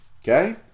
Okay